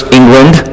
England